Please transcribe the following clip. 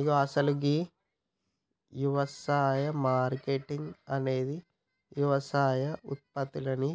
ఇగో అసలు గీ యవసాయ మార్కేటింగ్ అనేది యవసాయ ఉత్పత్తులనుని